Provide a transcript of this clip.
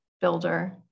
builder